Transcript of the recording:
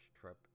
trip